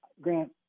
Grant